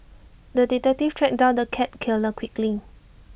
the detective tracked down the cat killer quickly